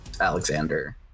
alexander